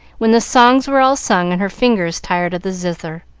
when the songs were all sung and her fingers tired of the zither.